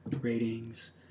Ratings